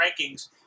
rankings